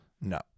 no